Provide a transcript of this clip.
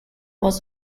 was